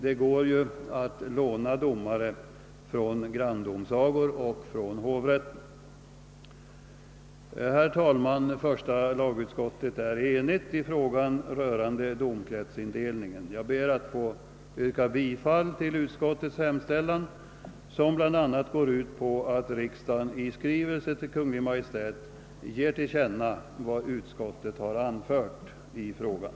Det går ju att låna domare från granndomsagor och från hovrätten. Herr talman! Första lagutskottet är enigt i frågan rörande domkretsindelningen. Jag ber att få yrka bifall till utskottets hemställan under C, som bl.a. innebär att riksdagen i skrivelse till Kungl. Maj:t ger till känna vad utskottet anfört i frågan.